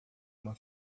uma